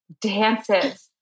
dances